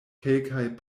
kelkaj